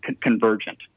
convergent